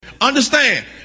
Understand